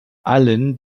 allen